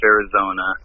Arizona